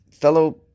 fellow